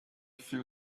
few